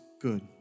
good